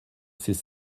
c’est